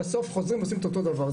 בסוף חוזרים עושים אותו דבר,